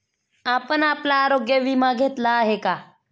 आपण आपला आरोग्य विमा घेतला आहे का?